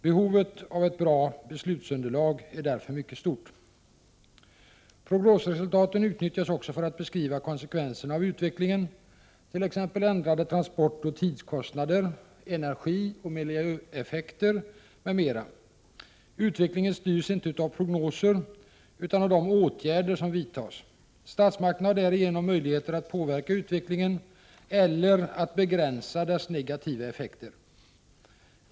Behovet av ett bra beslutsunderlag är därför mycket stort. Prognosresultaten utnyttjas också för att beskriva konsekvenserna av utvecklingen, t.ex. ändrade transportoch tidskostnader, energioch miljöeffekter m.m. Utvecklingen styrs inte av prognoser utan av de åtgärder som vidtas. Statsmakterna har därigenom möjligheter att påverka utvecklingen eller att begränsa dess negativa effekter.